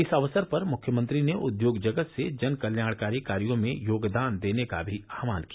इस अवसर पर मुख्यमंत्री ने उद्योग जगत से जनकल्याणकारी कार्यो में योगदान देने का भी आह्वान किया